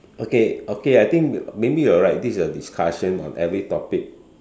okay okay I think you maybe you are right this is a discussion on every topic